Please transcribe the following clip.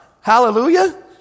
Hallelujah